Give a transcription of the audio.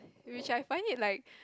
which I find it like